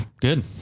Good